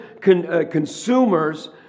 consumers